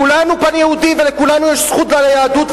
כולנו כאן יהודים ולכולנו יש זכות על היהדות,